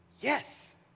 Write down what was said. yes